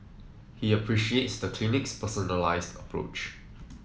he appreciates the clinic's personalised approach